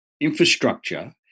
infrastructure